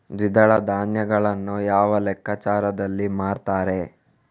ದ್ವಿದಳ ಧಾನ್ಯಗಳನ್ನು ಯಾವ ಲೆಕ್ಕಾಚಾರದಲ್ಲಿ ಮಾರ್ತಾರೆ?